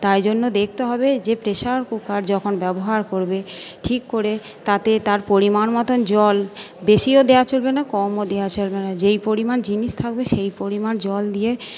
তাই জন্য দেখতে হবে যে প্রেশার কুকার যখন ব্যবহার করবে ঠিক করে তাতে তার পরিমাণমতন জল বেশিও দেওয়া চলবে না কমও দেওয়া চলবে না যেই পরিমাণ জিনিস থাকবে সেই পরিমাণ জল দিয়ে